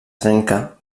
trenca